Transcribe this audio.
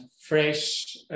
fresh